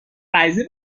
قضیه